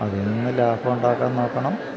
അതില് നിന്ന് ലാഭമുണ്ടാക്കാൻ നോക്കണം